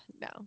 No